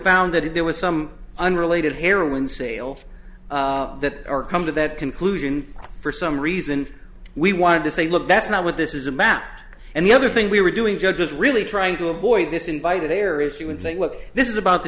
found that if there was some unrelated heroin sale that or come to that conclusion for some reason we wanted to say look that's not what this is a map and the other thing we were doing judge was really trying to avoid this invited areas he would say look this is about the